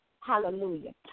Hallelujah